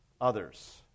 others